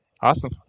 Awesome